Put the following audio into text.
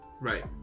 Right